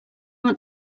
want